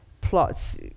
plots